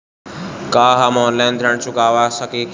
का हम ऑनलाइन ऋण चुका सके ली?